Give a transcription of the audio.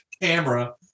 camera